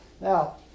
Now